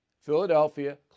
Philadelphia